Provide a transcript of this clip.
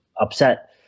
upset